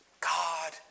God